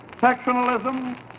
sectionalism